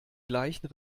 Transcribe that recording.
gleichen